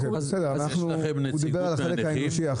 הוא דיבר עכשיו על החלק האנושי.